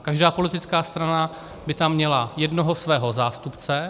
Každá politická strana by tam měla jednoho svého zástupce.